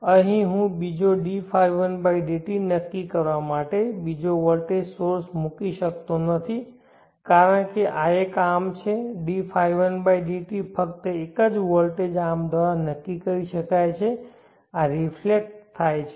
અહીં હું બીજો dϕ1 dt નક્કી કરવા માટે બીજો વોલ્ટેજ સોર્સ મૂકી શકતો નથી કારણ કે આ એક આર્મ છે Dϕ1 dt ફક્ત એક જ વોલ્ટેજ આર્મ દ્વારા નક્કી કરી શકાય છે આ રિફ્લેક્ટથાય છે